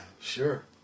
sure